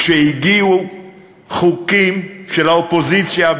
כשהגיעו חוקים של האופוזיציה,